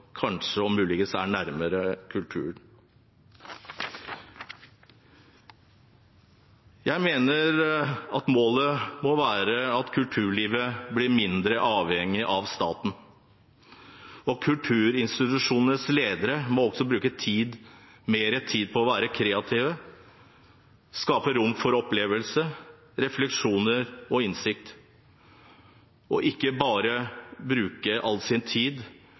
er nærmere kulturen. Jeg mener målet må være at kulturlivet blir mindre avhengig av staten. Kulturinstitusjonenes ledere må også bruke mer tid på å være kreative, skape rom for opplevelse, refleksjoner og innsikt – ikke bare bruke all sin tid